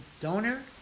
donor